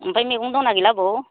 ओमफाय मैगं दं ना गैला आबौ